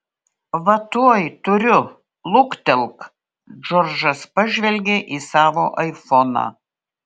va tuoj turiu luktelk džordžas pažvelgė į savo aifoną